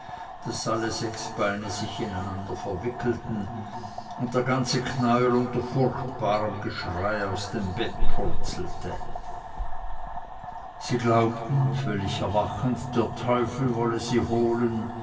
daß alle sechs beine sich ineinander verwickelten und der ganze knäuel unter furchtbarem geschrei aus dem bette purzelte sie glaubten völlig erwachend der teufel wolle sie holen